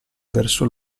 verso